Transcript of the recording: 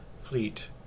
fleet